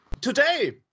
Today